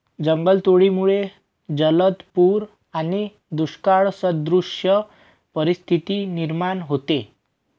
जंगलतोडीमुळे जलद पूर आणि दुष्काळसदृश परिस्थिती निर्माण होते